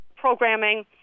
programming